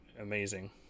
amazing